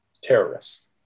terrorists